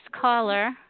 caller